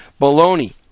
Baloney